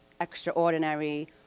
extraordinary